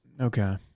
Okay